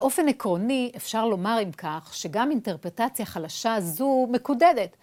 באופן עקרוני אפשר לומר עם כך שגם אינטרפטציה חלשה הזו מקודדת.